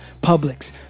Publix